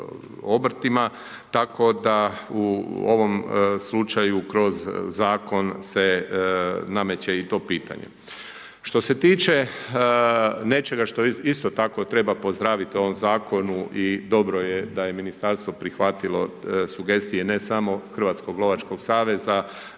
obrtima, tako da u ovom slučaju kroz zakon se nameče i to pitanje. Što se tiče nečega što isto tako treba pozdraviti u ovom Zakonu i dobro je da je Ministarstvo prihvatilo sugestije, ne samo Hrvatskog lovačkog saveza